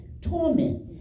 torment